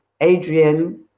Adrian